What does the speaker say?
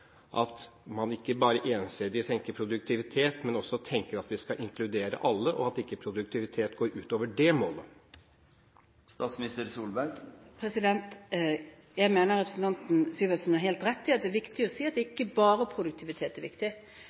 at man ikke bare ensidig tenker produktivitet, men også tenker at vi skal inkludere alle, og at ikke produktivitet går ut over det målet? Jeg mener at representanten Syversen har helt rett i at det er viktig å si at det ikke bare er produktivitet som er viktig.